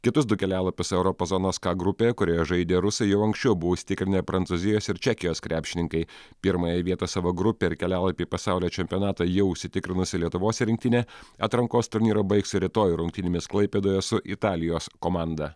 kitus du kelialapius europos zonos k grupėje kurioje žaidė rusai jau anksčiau buvo užsitikrinę prancūzijos ir čekijos krepšininkai pirmąją vietą savo grupėje ir kelialapį į pasaulio čempionatą jau užsitikrinusi lietuvos rinktinė atrankos turnyrą baigs rytoj rungtynėmis klaipėdoje su italijos komanda